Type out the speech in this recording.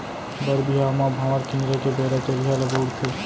बर बिहाव म भांवर किंजरे के बेरा चरिहा ल बउरथे